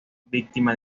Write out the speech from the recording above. víctima